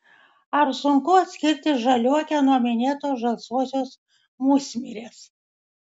ar sunku atskirti žaliuokę nuo minėtos žalsvosios musmirės